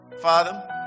Father